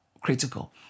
critical